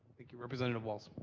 thank you representative walz.